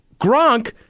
Gronk